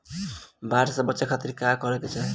बाढ़ से बचे खातिर का करे के चाहीं?